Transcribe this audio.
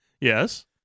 Yes